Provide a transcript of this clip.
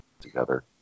together